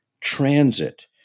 transit